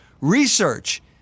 research